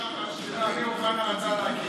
למה התנגדתם לוועדת בדיקה למח"ש שאמיר אוחנה רצה להקים?